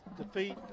defeat